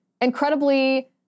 incredibly